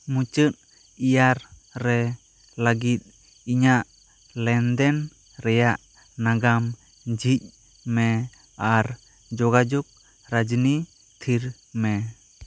ᱢᱩᱪᱟᱹᱫ ᱤᱭᱟᱨ ᱨᱮ ᱞᱟᱜᱤᱫ ᱤᱧᱟᱜ ᱞᱮᱱᱫᱮᱱ ᱨᱮᱭᱟᱜ ᱱᱟᱜᱟᱢ ᱡᱷᱤᱡᱽ ᱢᱮ ᱟᱨ ᱡᱳᱜᱟᱡᱳᱜᱽ ᱨᱟᱡᱽᱱᱤ ᱛᱷᱤᱨ ᱢᱮ